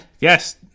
Yes